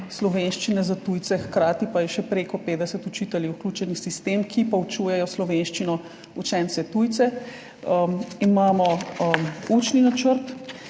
slovenščine za tujce, hkrati pa je še preko 50 učiteljev vključenih v sistem, ki poučujejo slovenščino učence tujce. Imamo učni načrt,